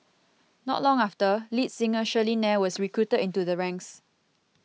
not long after lead singer Shirley Nair was recruited into their ranks